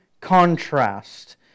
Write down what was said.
contrast